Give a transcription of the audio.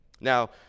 now